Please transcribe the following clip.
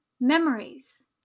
memories